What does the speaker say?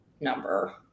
number